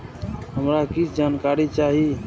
हमरा कीछ जानकारी चाही